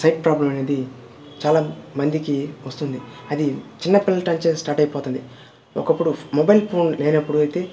site problem అనేది చాలా మందికి వస్తుంది అది చిన్న పిల్టన్చే స్టార్ట్ అయిపోతుంది ఒకప్పుడు మొబైల్ ఫోన్ లేనప్పుడు అయితే